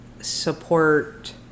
support